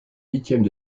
huitièmes